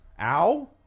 Ow